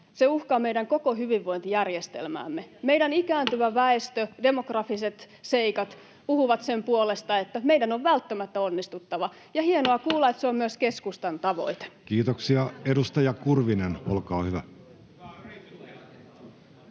se uhkaa meidän koko hyvinvointijärjestelmäämme. Meidän ikääntyvä väestö ja demografiset seikat puhuvat sen puolesta, että meidän on välttämättä onnistuttava. Hienoa kuulla, että se on myös keskustan tavoite. Kiitoksia. — Edustaja Kurvinen, olkaa hyvä.